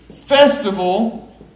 festival